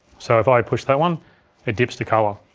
so if i push that one it dips to color,